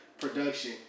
production